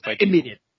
Immediate